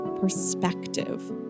perspective